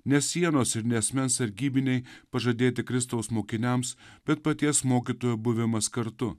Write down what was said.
nes sienos ir ne asmens sargybiniai pažadėti kristaus mokiniams bet paties mokytojo buvimas kartu